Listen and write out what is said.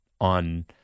on